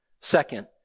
Second